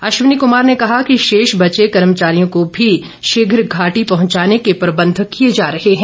अश्विनी कुमार ने कहा कि शेष बचे कर्मचारियों को भी शीघ्र घाटी पहुंचाने के प्रबंध किए जा रहे हैं